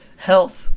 health